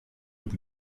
bout